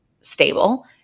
stable